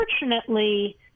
unfortunately